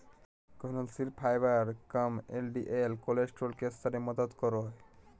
घुलनशील फाइबर कम LDL cholesterol के स्तर में मदद करो हइ